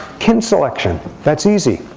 kin selection, that's easy.